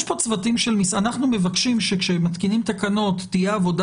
אנחנו מבקשים שכשמתקינים תקנות תהיה עבודה